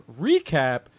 recap